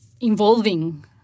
involving